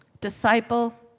disciple